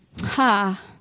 Ha